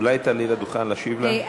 אולי תעלי לדוכן להשיב לה?